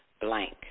blank